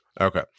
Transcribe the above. Okay